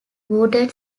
wooden